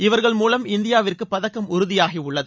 இவர்கள் மூலம் இந்தியாவிற்கு பதக்கம் உறுதியாகியுள்ளது